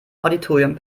auditorium